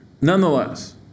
Nonetheless